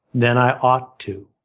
then i ought to,